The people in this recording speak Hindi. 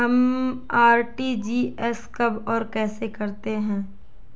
हम आर.टी.जी.एस कब और कैसे करते हैं?